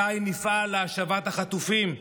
מתי נפעל להשבת החטופים,